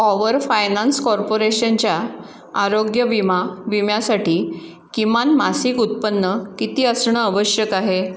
power finance कॉर्पोरेशनच्या आरोग्य विमा विम्यासाठी किमान मासिक उत्पन्न किती असणं आवश्यक आहे